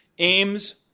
aims